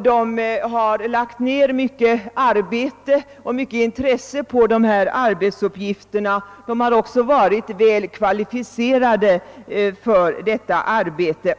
De har lagt ner mycket arbete och intresse på dessa arbetsuppgifter. De har också varit väl kvalificerade för dessa arbetsuppgifter.